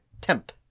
temp